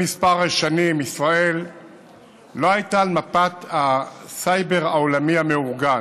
לפני כמה שנים ישראל לא הייתה על מפת הסייבר העולמי המאורגן,